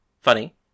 Funny